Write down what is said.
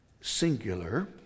singular